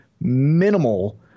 minimal